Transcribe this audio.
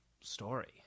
story